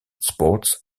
sports